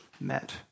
met